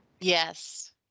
Yes